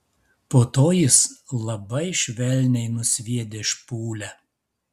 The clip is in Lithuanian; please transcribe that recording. po to jis labai švelniai nusviedė špūlę